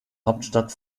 hauptstadt